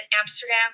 Amsterdam